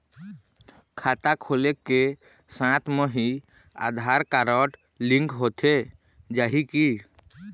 खाता खोले के साथ म ही आधार कारड लिंक होथे जाही की?